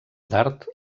d’art